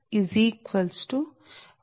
5686109